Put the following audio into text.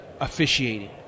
officiating